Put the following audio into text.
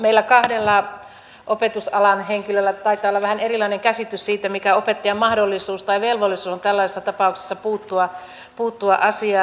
meillä kahdella opetusalan henkilöllä taitaa olla vähän erilainen käsitys siitä mikä opettajan mahdollisuus tai velvollisuus on tällaisissa tapauksissa puuttua asiaan